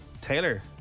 Taylor